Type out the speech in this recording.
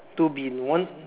two bin one